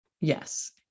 yes